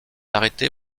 arrêté